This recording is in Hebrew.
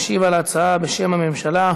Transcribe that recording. משיב על ההצעה, בשם הממשלה,